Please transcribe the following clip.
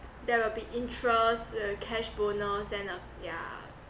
there will be interest uh cash bonus then uh yeah